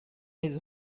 his